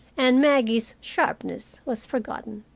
and maggie's sharpness was forgotten.